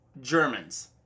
Germans